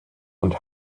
und